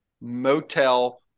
Motel